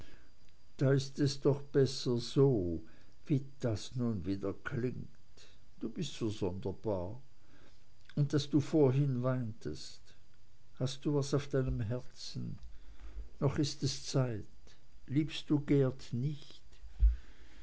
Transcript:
da ist es doch besser so wie das nun wieder klingt du bist so sonderbar und daß du vorhin weintest hast du was auf deinem herzen noch ist es zeit liebst du geert nicht